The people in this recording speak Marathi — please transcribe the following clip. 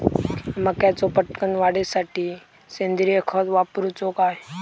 मक्याचो पटकन वाढीसाठी सेंद्रिय खत वापरूचो काय?